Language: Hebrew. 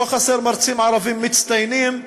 לא חסרים מרצים ערבים מצטיינים,